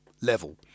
level